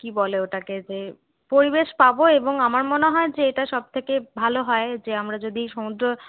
কি বলে ওটাকে যে পরিবেশ পাবো এবং আমার মনে হয় যে এটা সবথেকে ভালো হয় যে আমরা যদি সমুদ্র